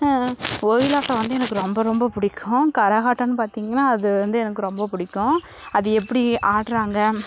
ஒயிலாட்டம் வந்து எனக்கு ரொம்ப ரொம்ப பிடிக்கும் கரகாட்டன் பாத்திங்கனா அது வந்து எனக்கு ரொம்ப பிடிக்கும் அது எப்டி ஆடுறாங்க